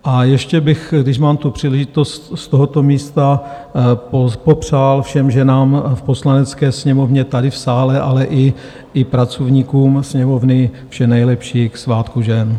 A ještě bych, když mám tu příležitost, z tohoto místa popřál všem ženám v Poslanecké sněmovně tady v sále, ale i pracovníkům Sněmovny vše nejlepší k svátku žen.